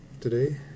Today